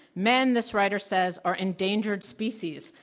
men, this writer says, are endangered species.